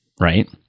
right